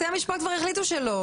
בתי המשפט כבר החליטו שלא.